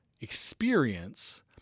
experience